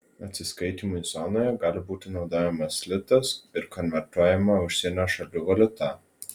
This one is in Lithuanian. atsiskaitymui zonoje gali būti naudojamas litas ir konvertuojama užsienio šalių valiuta